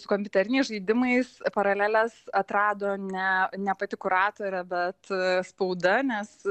su kompiuteriniais žaidimais paraleles atrado ne ne pati kuratorė bet spauda nes